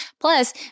plus